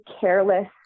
careless